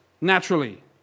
naturally